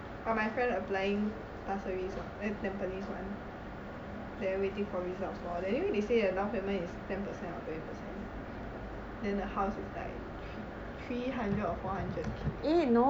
but my friend applying pasir ris eh tampines [one] then waiting for results lor then 因为 they say the downpayment is ten percent then the house is like thr~ three hundred or four hundred K